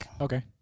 Okay